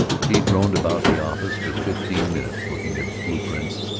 he droned about the office for fifteen minutes, looking at blue-prints,